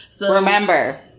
Remember